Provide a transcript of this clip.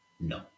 No